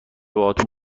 باهاتون